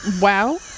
wow